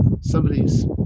Somebody's